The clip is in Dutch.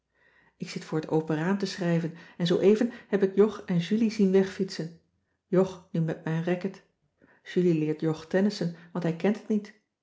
ik zit voor het open raam te schrijven en zooeven heb ik jog en julie zien wegfietsen jog nu met mijn racket julie leert jog tennissen want hij kent het niet